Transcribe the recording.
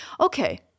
okay